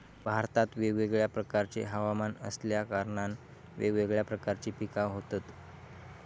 भारतात वेगवेगळ्या प्रकारचे हवमान असल्या कारणान वेगवेगळ्या प्रकारची पिका होतत